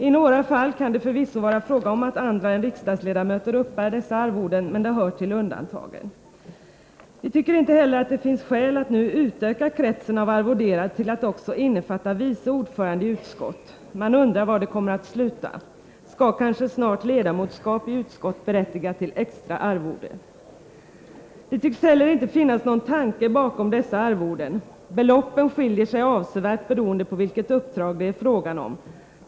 I några fall kan det förvisso vara fråga om att andra än riksdagsledamöter uppbär dessa arvoden, men det hör till undantagen. Vi tycker inte heller att det finns skäl att nu utöka kretsen av arvoderade till att också innefatta vice ordförande i utskott. Man undrar var det kommer att sluta. Skall kanske snart ledamotskap i utskott berättiga till extra arvode? Det tycks inte heller finnas någon tanke bakom dessa arvoden, beloppen skiljer sig avsevärt beroende på vilket uppdrag det är fråga om.